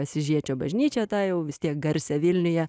asyžiečio bažnyčią tą jau vis tiek garsią vilniuje